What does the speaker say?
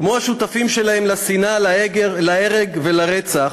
כמו השותפים שלהם לשנאה, להרג ולרצח,